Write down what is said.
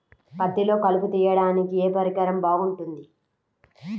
పత్తిలో కలుపు తీయడానికి ఏ పరికరం బాగుంటుంది?